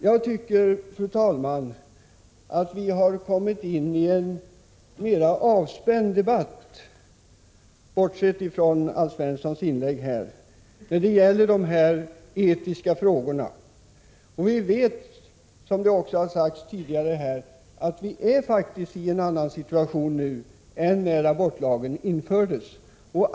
Jag tycker, fru talman, att vi har kommit in i en mer avspänd debatt — bortsett från Alf Svenssons inlägg — när det gäller dessa etiska frågor. Vi vet, som det också har sagts här tidigare, att vi faktiskt befinner oss i en annan situation nu än när abortlagen infördes.